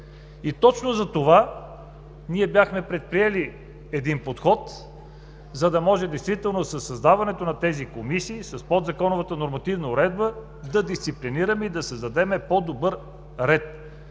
точно затова ние бяхме предприели един подход, за да може действително със създаването на тези комисии, с подзаконовата нормативна уредба да дисциплинираме и да създадем по-добър ред,